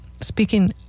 Speaking